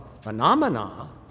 phenomena